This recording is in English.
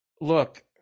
look